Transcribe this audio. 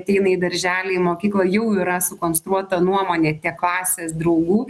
ateina į darželį į mokyklą jau yra sukonstruota nuomonė tiek klasės draugų